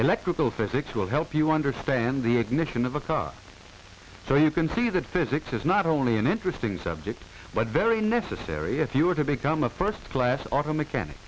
electrical physics will help you understand the ignition of the cops so you can see that physics is not only an interesting subject but very necessary if you were to become a first class auto mechanic